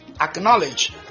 acknowledge